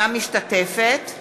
משתתפת